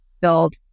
build